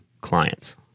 clients